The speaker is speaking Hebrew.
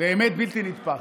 בלתי נתפס.